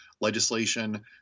legislation